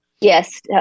Yes